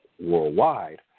worldwide